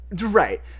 Right